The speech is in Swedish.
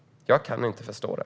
Jag kan inte förstå det.